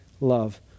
love